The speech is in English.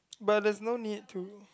but there's no need to